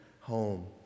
home